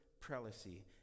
prelacy